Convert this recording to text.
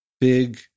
big